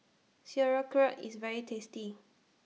Sauerkraut IS very tasty